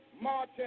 march